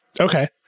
Okay